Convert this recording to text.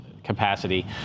Capacity